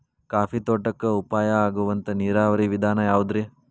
Coffee ತೋಟಕ್ಕ ಉಪಾಯ ಆಗುವಂತ ನೇರಾವರಿ ವಿಧಾನ ಯಾವುದ್ರೇ?